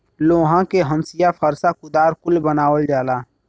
लोहा के हंसिआ फर्सा कुदार कुल बनावल जाला